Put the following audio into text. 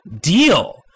deal